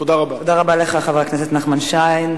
תודה רבה לך, חבר הכנסת נחמן שי.